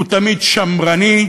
הוא תמיד שמרני,